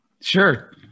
Sure